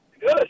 good